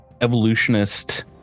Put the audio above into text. evolutionist